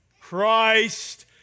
Christ